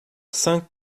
saint